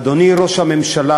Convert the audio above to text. אדוני ראש הממשלה,